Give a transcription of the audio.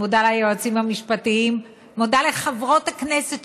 מודה ליועצים המשפטיים ומודה לחברות הכנסת,